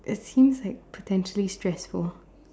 it's seems like potentially stressful